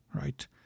right